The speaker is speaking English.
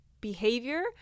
behavior